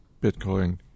Bitcoin